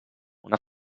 una